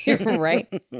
right